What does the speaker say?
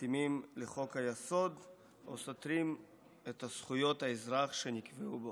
מתאימים לחוק-היסוד או סותרים את זכויות האזרח שנקנו בו".